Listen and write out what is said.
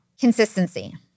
Consistency